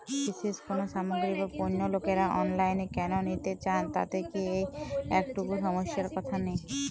বিশেষ কোনো সামগ্রী বা পণ্য লোকেরা অনলাইনে কেন নিতে চান তাতে কি একটুও সমস্যার কথা নেই?